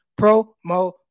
promo